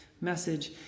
message